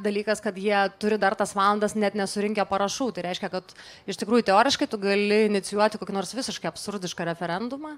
dalykas kad jie turi dar tas valandas net nesurinkę parašų tai reiškia kad iš tikrųjų teoriškai tu gali inicijuoti kokį nors visiškai absurdišką referendumą